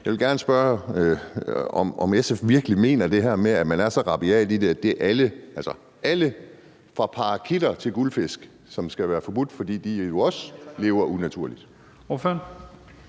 Jeg vil gerne spørge, om SF virkelig er så rabiat, at man mener, at det er avl af alle dyr, altså alt fra parakitter til guldfisk, som skal være forbudt. For de lever jo også under unaturlige